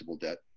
debt